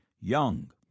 young